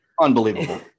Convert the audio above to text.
Unbelievable